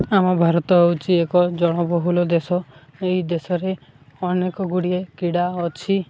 ଆମ ଭାରତ ହେଉଛି ଏକ ଜଳବହୁଲ ଦେଶ ଏହି ଦେଶରେ ଅନେକଗୁଡ଼ିଏ କ୍ରୀଡ଼ା ଅଛି